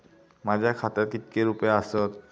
माझ्या खात्यात कितके रुपये आसत?